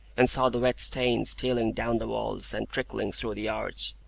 and saw the wet stains stealing down the walls and trickling through the arch.